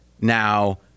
Now